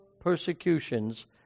persecutions